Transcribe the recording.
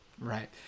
right